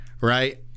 right